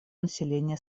населения